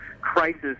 crisis